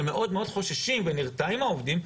הם מאוד חוששים ונרתעים מהעובדים,